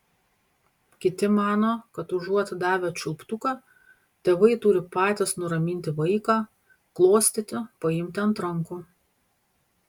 kiti mano kad užuot davę čiulptuką tėvai turi patys nuraminti vaiką glostyti paimti ant rankų